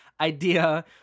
Idea